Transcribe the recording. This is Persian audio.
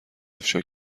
افشا